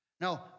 No